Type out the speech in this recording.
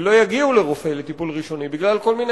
ולא יגיעו לרופא לטיפול ראשוני בגלל כל מיני